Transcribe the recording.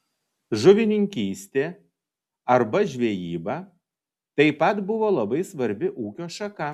žuvininkystė arba žvejyba taip pat buvo labai svarbi ūkio šaka